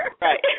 Right